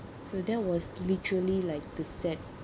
so there was literally like the sad